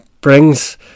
brings